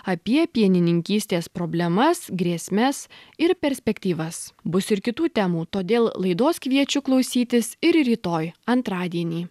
apie pienininkystės problemas grėsmes ir perspektyvas bus ir kitų temų todėl laidos kviečiu klausytis ir rytoj antradienį